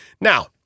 Now